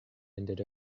ended